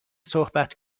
صحبت